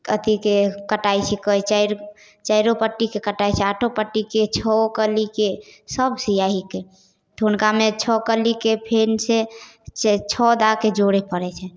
अथीके कटाइ छै चारि चारिओ पट्टीके कटाइ छै आठो पट्टीके छओ कलीके सब सिए हिकै हुनकामे छओ कलीके फेर छै छओ दैके जोड़ै पड़ै छै